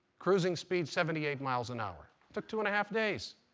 cruising speed, seventy eight miles an hour. took two and a half days.